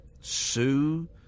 Sue